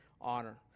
honor